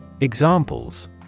Examples